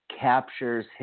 captures